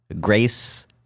Grace